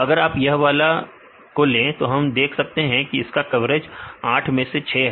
अगर आप यह वाला ले तो हम देख सकते हैं इसका कवरेज 8 में से 6 है